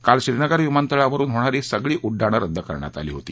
काल श्रीनगर विमातळावरुन होणारी सर्व उङ्डाणं रद्द करण्यात आली होती